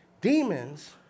Demons